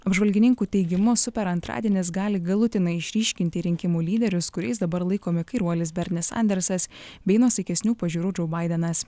apžvalgininkų teigimu super antradienis gali galutinai išryškinti rinkimų lyderius kuriais dabar laikomi kairuolis bernis sandersas bei nuosaikesnių pažiūrų džou baidenas